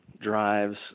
drives